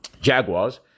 Jaguars